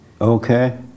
Okay